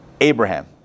Abraham